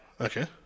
Okay